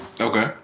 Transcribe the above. Okay